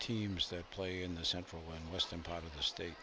teams that play in the central and western part of the state